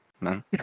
Man